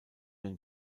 den